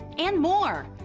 and more.